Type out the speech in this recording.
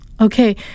Okay